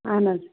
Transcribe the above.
اَہن حظ